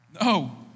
No